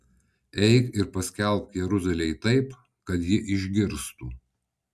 eik ir paskelbk jeruzalei taip kad ji išgirstų